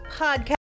podcast